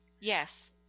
Yes